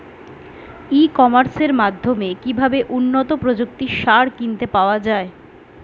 ই কমার্সের মাধ্যমে কিভাবে উন্নত প্রযুক্তির সার কিনতে পাওয়া যাবে?